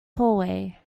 hallway